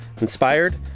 inspired